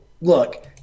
look